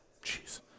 Jeez